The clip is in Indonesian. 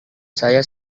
saya